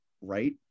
right